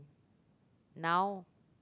now